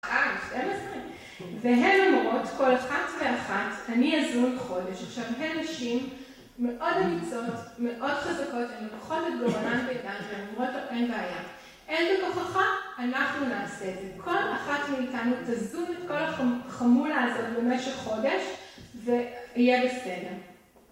והן אומרות, כל אחת ואחת, אני אזון חודש. עכשיו, הן נשים מאוד אמיצות, מאוד חזקות, הן לוקחות את גורלן בידן, והן אומרות לו, אין בעיה. אין בכוחך? אנחנו נעשה את זה. כל אחת מאיתנו תזון את כל החמולה הזאת במשך חודש, ויהיה בסדר.